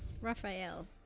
Raphael